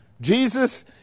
Jesus